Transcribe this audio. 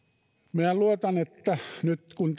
minä luotan siihen että nyt kun